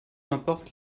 importe